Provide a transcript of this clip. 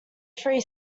three